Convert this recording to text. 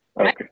Okay